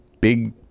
Big